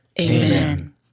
Amen